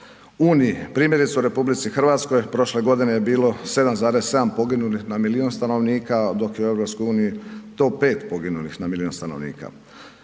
u EU. Primjerice u RH u prošloj godini je bilo 7,7 poginulih na milijun stanovnika dok je u EU to 5 poginulih na milijun stanovnika.